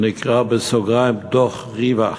שנקרא בסוגריים דוח "ריבה",